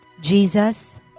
Jesus